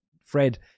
Fred